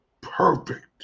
perfect